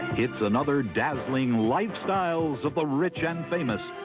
it's another dazzling lifestyles of the rich and famous,